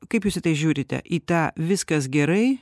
kaip jūs į tai žiūrite į tą viskas gerai